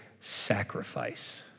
sacrifice